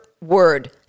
word